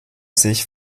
sich